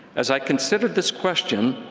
as i considered this question,